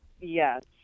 Yes